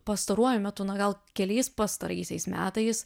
pastaruoju metu na gal keliais pastaraisiais metais